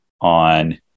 on